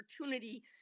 opportunity